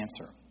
answer